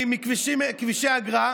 מכבישי אגרה.